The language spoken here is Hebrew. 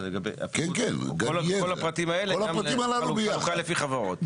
כל הפרטים האלה גם לחלוקה לפי חברות.